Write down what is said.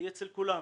אצל כולם.